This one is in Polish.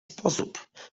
sposób